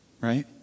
right